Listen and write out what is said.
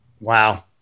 Wow